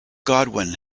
godwin